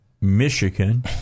Michigan